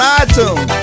iTunes